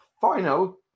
final